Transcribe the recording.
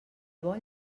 bon